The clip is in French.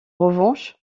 revanche